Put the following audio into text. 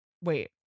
wait